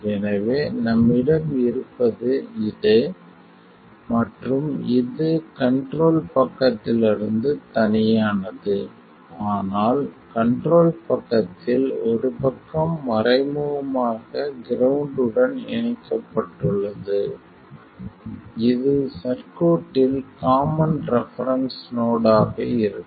எனவே நம்மிடம் இருப்பது இது மற்றும் இது கண்ட்ரோல் பக்கத்திலிருந்து தனியானது ஆனால் கண்ட்ரோல் பக்கத்தில் ஒரு பக்கம் மறைமுகமாக கிரவுண்ட் உடன் இணைக்கப்பட்டுள்ளது இது சர்க்யூட்டில் காமன் ரெபெரென்ஸ் நோடு ஆக இருக்கும்